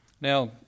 Now